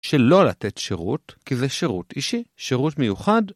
שלא לתת שירות כי זה שירות אישי, שירות מיוחד.